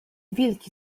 wilki